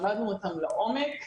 למדנו אותם לעומק.